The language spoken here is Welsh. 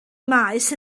maes